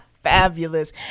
Fabulous